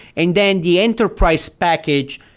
and then the enterprise package,